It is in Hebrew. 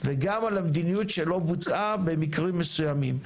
וגם על המדיניות שלא בוצעה במקרים מסוימים.